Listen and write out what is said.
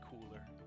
cooler